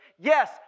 Yes